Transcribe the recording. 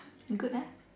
good ah